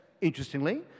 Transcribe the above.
interestingly